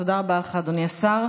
תודה רבה לך, אדוני השר.